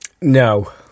No